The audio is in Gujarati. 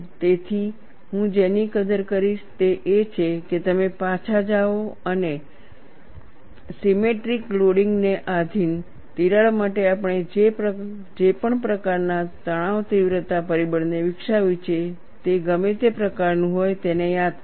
તેથી હું જેની કદર કરીશ તે એ છે કે તમે પાછા જાઓ અને સિમેટ્રિક લોડિંગ ને આધિન તિરાડ માટે આપણે જે પણ પ્રકારના તણાવ તીવ્રતા પરિબળને વિકસાવ્યું છે તે ગમે તે પ્રકારનું હોય તેને યાદ કરો